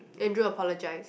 Andrew apologise